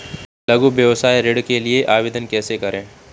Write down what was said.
लघु व्यवसाय ऋण के लिए आवेदन कैसे करें?